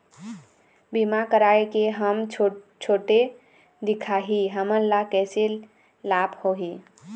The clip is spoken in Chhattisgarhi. बीमा कराए के हम छोटे दिखाही हमन ला कैसे लाभ होही?